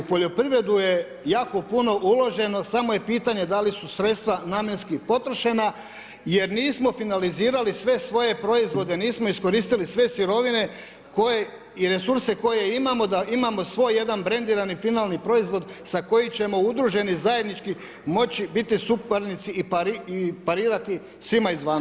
U poljoprivredu je jako puno uloženo, samo je pitanje da li su sredstva namjenski potrošena, jer nismo finalizirali sve svoje proizvode, nismo iskoristili sve sirovine, i resurse koje imamo, da imamo svoj jedan brendirani finalni proizvod, sa kojim ćemo udruženi, zajednički, može biti suparnici i parirati svima iz vama.